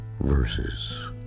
verses